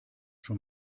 schon